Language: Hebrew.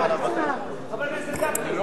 חבר הכנסת גפני,